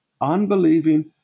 unbelieving